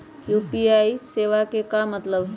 UPI सेवा के का मतलब है?